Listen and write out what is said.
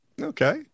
Okay